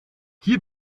hier